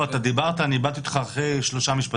לא אתה דיברת, אני איבדתי אותך אחרי שלושה משפטים.